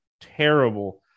terrible